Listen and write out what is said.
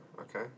okay